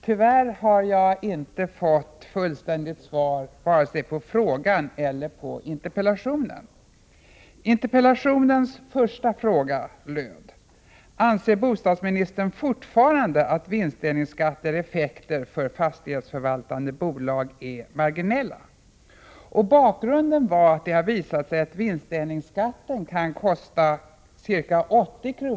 Tyvärr har jag inte fått fullständigt svar vare sig på frågan eller på interpellationen. Interpellationens första fråga löd: Anser bostadsministern fortfarande att vinstdelningsskattens effekter för fastighetsförvaltande bolag är marginella? Bakgrunden var att det har visat sig att vinstdelningsskatten kan kosta ca 80 kr.